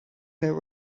there